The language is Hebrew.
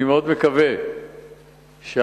אני מאוד מקווה שההחלטות